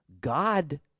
God